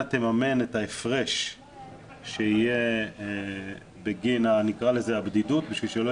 תממן את ההפרש שיהיה בגין נקרא לזה הבדידות בשביל שלא